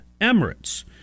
Emirates